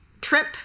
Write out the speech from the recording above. trip